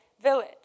village